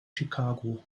chicago